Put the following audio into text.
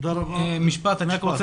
אני רוצה